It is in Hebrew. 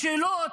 משילות,